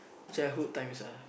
childhood times ah